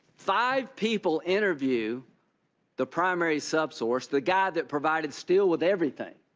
five people interview the primary sub source, the guy that provided steele with everything.